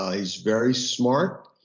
ah he's very smart,